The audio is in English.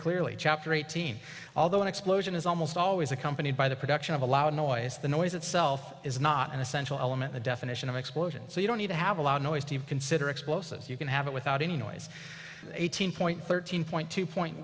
clearly chapter eighteen although an explosion is almost always accompanied by the production of a loud noise the noise itself is not an essential element the definition of explosions so you don't need to have a loud noise to consider explosives you can have it without any noise eighteen point thirteen point two point